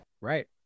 Right